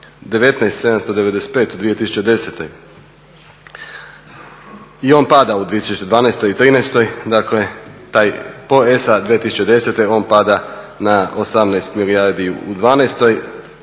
19 795 u 2010. i on pada u 2012., '13., dakle taj ESA 2010 on pada na 18 milijardi u '12.,